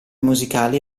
musicali